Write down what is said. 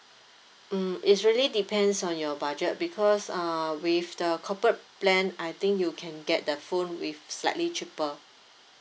um it's really depends on your budget because uh with the corporate plan I think you can get the phone with slightly cheaper